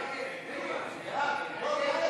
וסגניו וכהונתם) (תיקון,